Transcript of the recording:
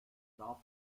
darf